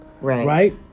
Right